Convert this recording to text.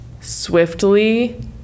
swiftly